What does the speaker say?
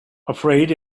afraid